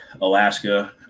Alaska